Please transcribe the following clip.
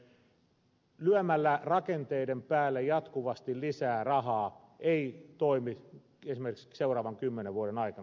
lisärahan lyöminen rakenteiden päälle jatkuvasti ei toimi esimerkiksi seuraavien kymmenen vuoden aikana